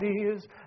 ideas